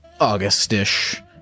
August-ish